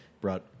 brought